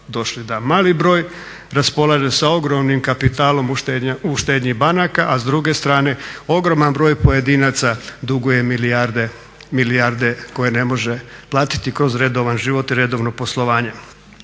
mali broj raspolaže sa ogromnim kapitalom u štednji banaka, a s druge strane ogroman broj pojedinaca duguje milijarde koje ne može platiti kroz redovan život i redovno poslovanje.